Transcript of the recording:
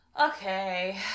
Okay